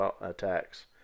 attacks